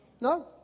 No